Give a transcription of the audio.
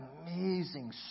amazing